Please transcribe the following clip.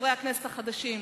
חברי הכנסת החדשים,